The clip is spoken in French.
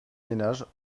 ménages